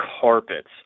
carpets